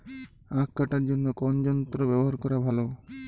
আঁখ কাটার জন্য কোন যন্ত্র ব্যাবহার করা ভালো?